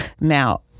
Now